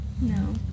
No